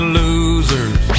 losers